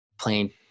playing